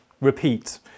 repeat